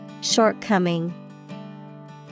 Shortcoming